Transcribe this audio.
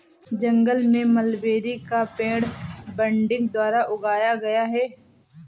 जंगल में मलबेरी का पेड़ बडिंग द्वारा उगाया गया है